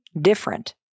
different